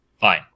Fine